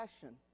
passion